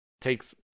takes